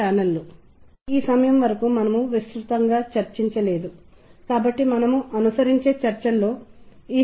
కాబట్టి ఈ వ్యక్తులు ఈ ప్రత్యేకమైన దుకాణానికి ఆకర్షితులయ్యారు మరియు అక్కడ నుండి కొనుగోలు చేయడం ప్రారంభించారు